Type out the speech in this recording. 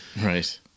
Right